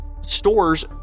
stores